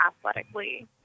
athletically